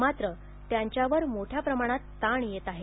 मात्र त्यांच्यावर मोठ्या प्रमाणात ताण येत आहे